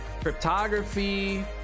cryptography